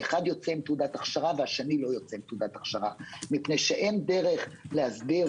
אחד יוצא עם תעודת הכשרה והשני לא כי אין דרך עדיין להסדיר